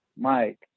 Mike